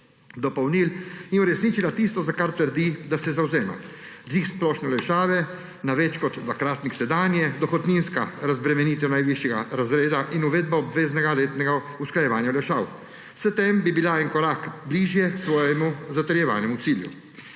dopolnil in uresničila tisto, za kar trdi, da se zavzema – dvig splošne olajšave na več kot dvakratnik sedanje, dohodninska razbremenitev najvišjega razreda in uvedba obveznega letnega usklajevanja olajšav. S tem bi bila en korak bližje svojemu zatrjevanemu cilju,